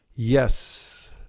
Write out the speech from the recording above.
Yes